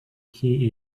key